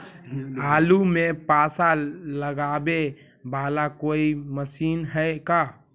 आलू मे पासा लगाबे बाला कोइ मशीन है का?